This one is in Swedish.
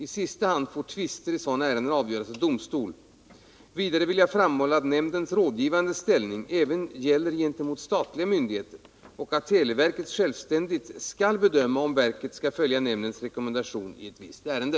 I sista hand får tvister i sådana ärenden avgöras av domstol. Vidare vill jag framhålla att nämndens rådgivande ställning även gäller gentemot statliga myndigheter och att televerket självständigt skall bedöma om verket skall följa nämndens rekommendation i ett visst ärende.